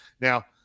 Now